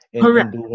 Correct